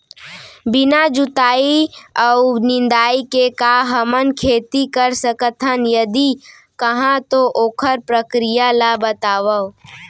बिना जुताई अऊ निंदाई के का हमन खेती कर सकथन, यदि कहाँ तो ओखर प्रक्रिया ला बतावव?